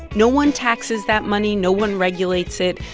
no one taxes that money. no one regulates it.